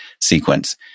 sequence